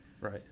Right